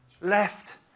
left